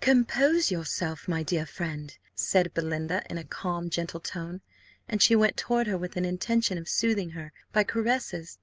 compose yourself, my dear friend, said belinda, in a calm, gentle tone and she went toward her with an intention of soothing her by caresses